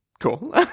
Cool